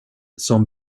som